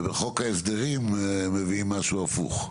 ובחוק ההסדרים מביאים משהו הפוך.